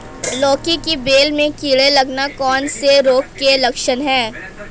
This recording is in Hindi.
लौकी की बेल में कीड़े लगना कौन से रोग के लक्षण हैं?